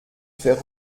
faire